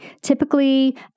Typically